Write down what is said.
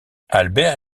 albert